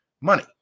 money